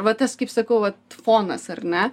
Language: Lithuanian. va tas kaip sakau vat fonas ar ne